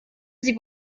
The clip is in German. sie